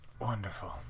wonderful